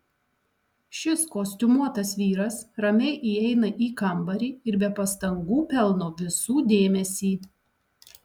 šis kostiumuotas vyras ramiai įeina į kambarį ir be pastangų pelno visų dėmesį